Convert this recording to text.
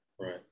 Right